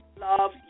love